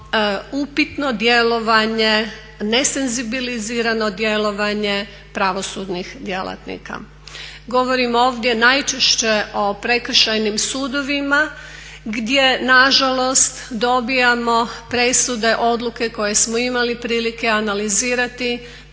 upitno djelovanje, nesenzibilizirano djelovanje pravosudnih djelatnika. Govorim ovdje najčešće o Prekršajnim sudovima gdje na žalost dobijamo presude, odluke koje smo imali prilike analizirati